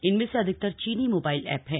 इनमें से अधिकतर चीनी मोबाइल एप हैं